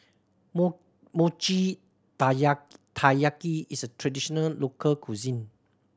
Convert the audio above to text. mochi taiyaki is a traditional local cuisine